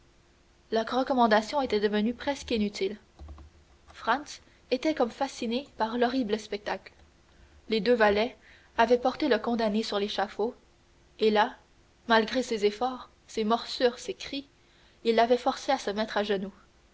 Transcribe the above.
la recommandation était devenue presque inutile franz était comme fasciné par l'horrible spectacle les deux valets avaient porté le condamné sur l'échafaud et là malgré ses efforts ses morsures ses cris ils l'avaient forcé de se mettre à genoux